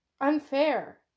unfair